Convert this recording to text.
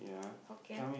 Hokkien